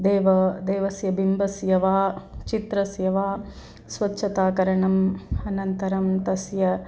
देव देवस्य बिम्बस्य वा चित्रस्य वा स्वच्छता करणम् अनन्तरं तस्य